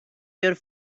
your